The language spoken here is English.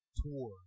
tour